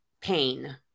pain